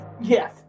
Yes